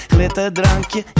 Glitterdrankje